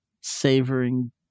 savoring